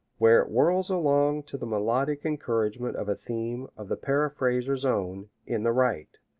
where it whirrs along to the melodic encouragement of a theme of the paraphraser's own, in the right.